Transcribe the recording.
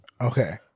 Okay